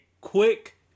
quick